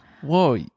Whoa